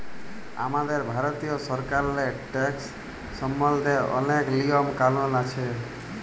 আমাদের ভারতীয় সরকারেল্লে ট্যাকস সম্বল্ধে অলেক লিয়ম কালুল আছে